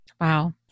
Wow